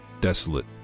Desolate